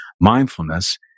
mindfulness